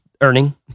earning